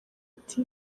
ati